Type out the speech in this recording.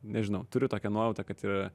nežinau turiu tokią nuojautą kad ir a